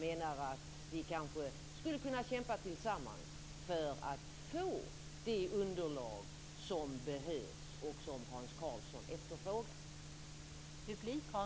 menar att vi kanske skulle kunna kämpa tillsammans för att få det underlag som behövs och som Hans Karlsson efterfrågar.